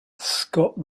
scott